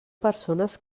persones